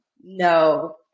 no